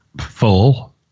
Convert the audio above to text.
full